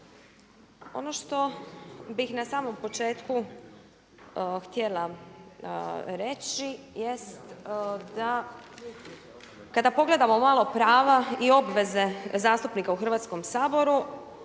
Ono što bih na samom početku htjela reći jest da kada pogledamo malo prava i obveze zastupnika u Hrvatskom saboru